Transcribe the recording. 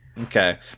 Okay